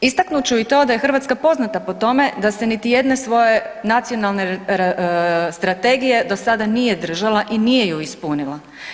Istaknut ću i to da je Hrvatska poznata po tome da se niti jedne svoje nacionalne strategije do sada nije držala i nije ju ispunila.